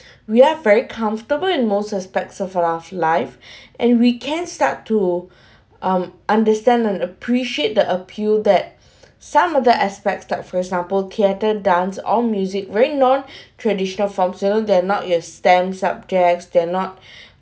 we are very comfortable in most aspects of our life and we can start to um understand and appreciate the appeal that some of the aspects that for example theater dance or music very non traditional forms you know they're not your stem subjects they're not